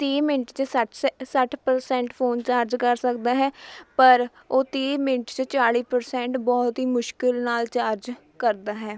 ਤੀਹ ਮਿੰਟ 'ਚ ਸੱਠ ਸ ਸੱਠ ਪਰਸੈਂਟ ਫ਼ੋਨ ਚਾਰਜ ਕਰ ਸਕਦਾ ਹੈ ਪਰ ਉਹ ਤੀਹ ਮਿੰਟ 'ਚ ਚਾਲ਼ੀ ਪਰਸੈਂਟ ਬਹੁਤ ਹੀ ਮੁਸ਼ਕਿਲ ਨਾਲ਼ ਚਾਰਜ ਕਰਦਾ ਹੈ